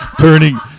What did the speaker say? turning